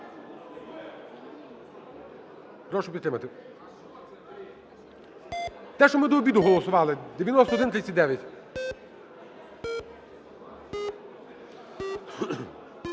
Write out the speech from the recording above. прошу підтримати. Те, що ми до обіду голосували, 9139.